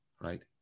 right